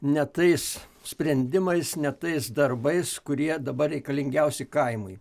ne tais sprendimais ne tais darbais kurie dabar reikalingiausi kaimui